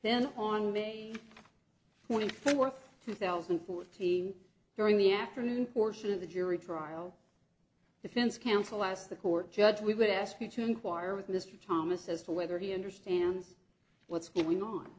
then on may twenty fourth two thousand and fourteen during the afternoon portion of the jury trial defense counsel asked the court judge we would ask you to inquire with mr thomas as to whether he understands what's going on